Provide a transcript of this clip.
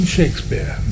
Shakespeare